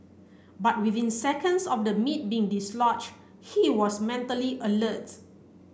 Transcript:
but within seconds of the meat being dislodged he was mentally alert